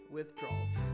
Withdrawals